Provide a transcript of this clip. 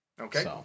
Okay